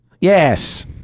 Yes